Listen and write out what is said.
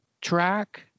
track